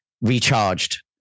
recharged